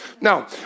Now